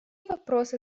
вопросы